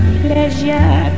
pleasure